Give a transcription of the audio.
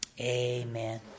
Amen